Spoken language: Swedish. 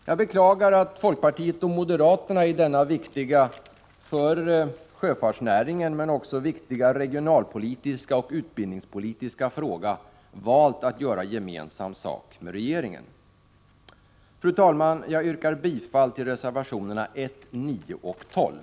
Jag beklagar att folkpartiet och moderaterna i denna för sjöfartsnäringen, men också regionalpolitiskt och utbildningspolitiskt, viktiga fråga har valt att göra gemensam sak med regeringen. Fru talman! Jag yrkar bifall till reservationerna 1, 9 och 12.